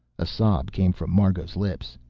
a sob came from margot's lips.